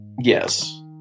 Yes